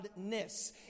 Godness